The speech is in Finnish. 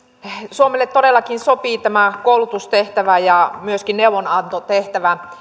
suomelle todellakin sopii tämä koulutustehtävä ja myöskin neuvonantotehtävä